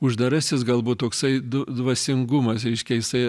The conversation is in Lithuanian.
uždarasis galbūt toksai du dvasingumas reiškia jisai